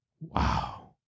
wow